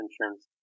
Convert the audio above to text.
insurance